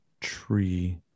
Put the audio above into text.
Tree